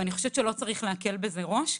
אני חושבת שלא צריך להקל בזה ראש.